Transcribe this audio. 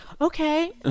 Okay